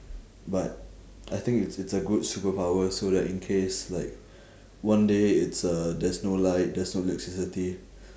but I think it's it's a good superpower so that in case like one day it's uh there's no light there's no electricity